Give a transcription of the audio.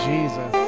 Jesus